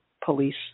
police